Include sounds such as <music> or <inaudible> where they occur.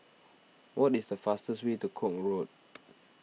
what is the fastest way to Koek Road <noise>